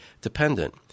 dependent